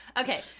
Okay